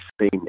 seen